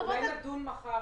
אולי נדון מחר?